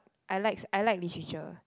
I like I like Literature